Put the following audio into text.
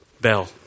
Bell